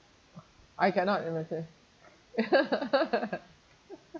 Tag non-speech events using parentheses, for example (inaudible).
I cannot (laughs)